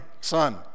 Son